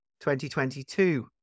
2022